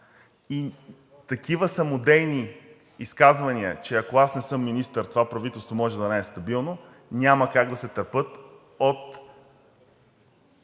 и такива самодейни изказвания, че ако аз не съм министър, това правителство може да не е стабилно – няма как да се търпят от